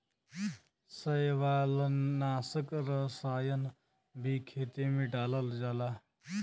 शैवालनाशक रसायन भी खेते में डालल जाला